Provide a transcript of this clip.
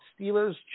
Steelers